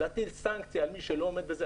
להטיל סנקציה על מי שלא עומד בזה.